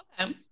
Okay